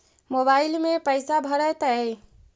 Mobile में पैसा भरैतैय?